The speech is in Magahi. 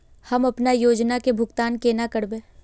हम अपना योजना के भुगतान केना करबे?